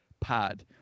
pad